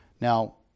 Now